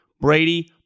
Brady